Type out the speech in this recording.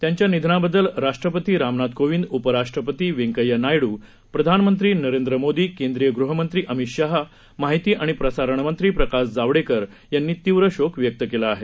त्यांच्या निधनाबद्दल राष्ट्रपती रामनाथ कोविद उपराष्ट्रपती वेंकय्या नायडू प्रधानमंत्री नरेंद्र मोदी केंद्रीय गृहमंत्री अमित शहा माहिती आणि प्रसारण मंत्री प्रकाश जावडेकर यांनी तीव्र शोक व्यक्त केला आहे